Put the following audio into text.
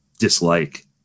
Dislike